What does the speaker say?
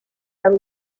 are